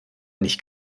nicht